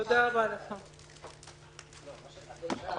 הישיבה ננעלה בשעה 13:40.